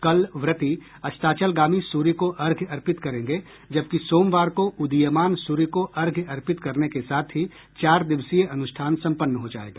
कल व्रती अस्ताचलगामी सूर्य को अर्घ्य अर्पित करेंगे जबकि सोमवार को उदीयमान सूर्य को अर्घ्य अर्पित करने के साथ ही चार दिवसीय अनुष्ठान सम्पन्न हो जायेगा